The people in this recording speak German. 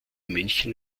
männchen